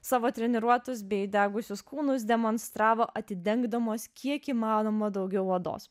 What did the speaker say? savo treniruotus bei įdegusius kūnus demonstravo atidengdamos kiek įmanoma daugiau odos